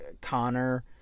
Connor